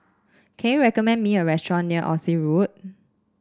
can you recommend me a restaurant near Oxley Road